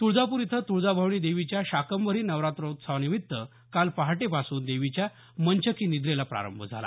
तुळजापूर इथं तुळजाभवानी देवीच्या शाकंभरी नवरात्रोत्सवानिमित्त काल पहाटेपासून देवीच्या मंचकी निद्रेला प्रारंभ झाला